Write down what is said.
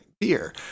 beer